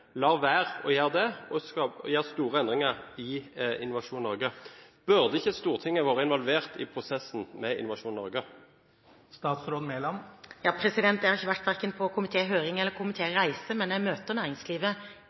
la fram en sak, en stortingsmelding, om Innovasjon Norge. Denne regjeringen, som er en mindretallsregjering, lar være å gjøre det og gjør store endringer i Innovasjon Norge. Burde ikke Stortinget vært involvert i prosessen med Innovasjon Norge? Jeg har ikke vært verken på komitéhøring eller